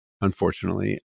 unfortunately